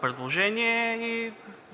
предложение и